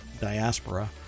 diaspora